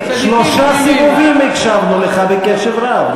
שלושה סיבובים הקשבנו לך בקשב רב.